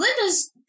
Linda's